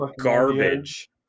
garbage